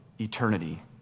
eternity